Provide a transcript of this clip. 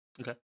Okay